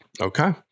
Okay